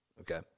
Okay